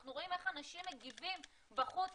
אנחנו רואים איך אנשים מגיבים בחוץ,